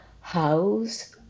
house